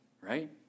right